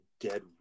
dead